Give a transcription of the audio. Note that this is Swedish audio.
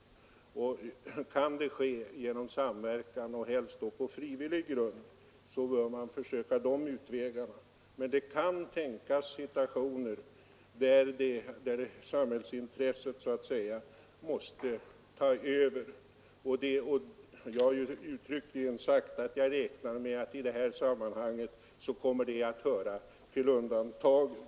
Kan det ske genom samverkan, helst då på frivillig grund, så bör man försöka de utvägarna. Men det kan tänkas situationer där samhällsintresset så att säga måste ta över, och jag har uttryckligen sagt att jag räknar med att i det här sammanhanget kommer det att höra till undantagen.